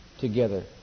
Together